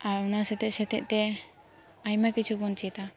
ᱟᱨ ᱚᱱᱟ ᱥᱟᱶ ᱥᱟᱶ ᱛᱮ ᱟᱭᱢᱟ ᱠᱤᱪᱷᱩ ᱵᱚᱱ ᱪᱮᱫᱟ